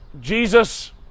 Jesus